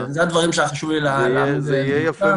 אלה הדברים שהיה חשוב לי להעמיד על דיוקם.